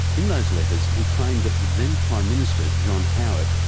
in those letters he claimed the then prime minister, john howard,